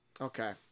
Okay